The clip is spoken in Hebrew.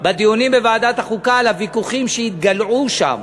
בדיונים בוועדת החוקה, על הוויכוחים שהתגלעו שם,